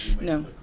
no